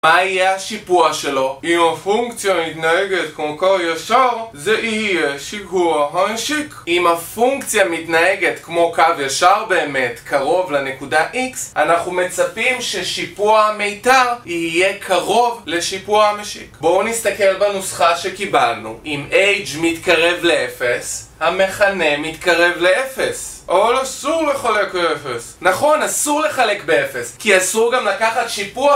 מה יהיה השיפוע שלו? אם הפונקציה מתנהגת כמו קו ישר, זה יהיה שיפוע המשיק! אם הפונקציה מתנהגת כמו קו ישר באמת, קרוב לנקודה X, אנחנו מצפים ששיפוע המיתר, יהיה קרוב לשיפוע המשיק. בואו נסתכל בנוסחה שקיבלנו: אם Age מתקרב ל-0, המכנה מתקרב ל-0, אבל אסור לחלק ל-0! נכון, אסור לחלק ב-0. כי אסור גם לקחת שיפוע